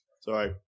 Sorry